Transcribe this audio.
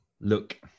look